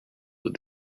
that